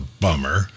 bummer